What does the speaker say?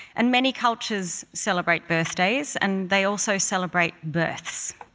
and many cultures celebrate birthdays and they also celebrate births.